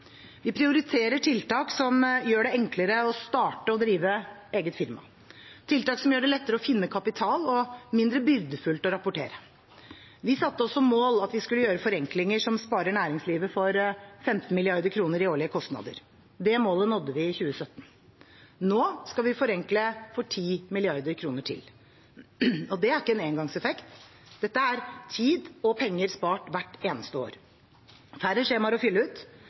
Vi prioriterer tiltak som gjør det enklere å starte og drive eget firma, tiltak som gjør det lettere å finne kapital, og mindre byrdefullt å rapportere. Vi satte oss som mål at vi skulle gjøre forenklinger som sparer næringslivet for 15 mrd. kr i årlige kostnader. Det målet nådde vi i 2017. Nå skal vi forenkle for 10 mrd. kr til. Og det er ikke en engangseffekt. Dette er tid og penger spart hvert eneste år, færre skjemaer å fylle ut,